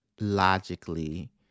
logically